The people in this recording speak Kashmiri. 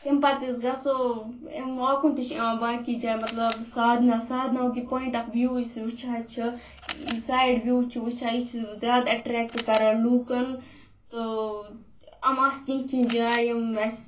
تَمہ پَتہٕ حظ گَژھو اَمہ اوکُن تہِ چھِ یِوان باقٕے جایہ مطلب سادنا سادناہُک یہِ پواینٹ اکھ وِیو یُس یہ وُچھان چھِ سایڑ ویو چھِ وُچھان یہِ چھُ زیادٕ اَٹریکٹ کَران لوکَن تہٕ یِم آسہٕ کیٚنٛہہ کیٚنٛہہ جایہ یِم اَسہِ